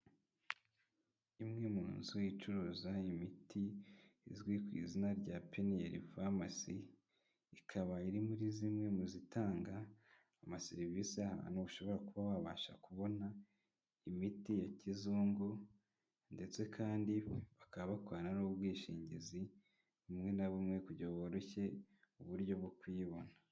Imwe mu nzu icuruza imiti, izwi ku izina rya Peniyeri famasi, ikaba iri muri zimwe mu zitanga amaserivisi ahantu ushobora kuba wabasha kubona imiti ya kizungu ndetse kandi bakaba bakorana n'ubwishingizi bumwe na bumwe kugira boroshye uburyo bwo kuyibona.